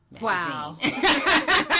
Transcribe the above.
Wow